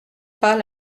pas